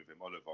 Oliver